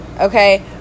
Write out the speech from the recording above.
Okay